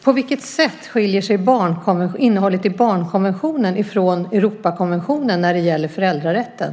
På vilket sätt skiljer sig innehållet i barnkonventionen från Europakonventionen när det gäller föräldrarätten?